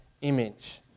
image